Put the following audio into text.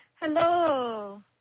Hello